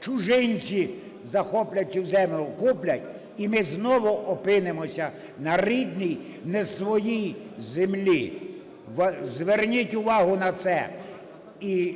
чужинці захоплять цю землю, куплять - і ми знову опинимося "на рідній не своїй землі". Зверніть увагу на це, і